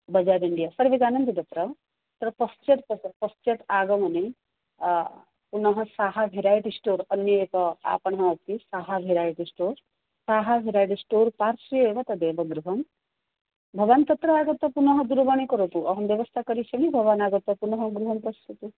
Bazaar India सर्वे जानन्ति तत्र पश्चात् तत्र पश्चात् आगमने पुनः साहा भेरैटी स्टोर् अन्यः एकः आपणः अस्ति Saha variety store Saha variety store पार्श्वे एव तदेव गृहं भवान् तत्र आगत्य पुनः दूरवाणीं करोतु अहं व्यवस्थां करिष्यामि भवान् आगत्य पुनः गृहं पश्यतु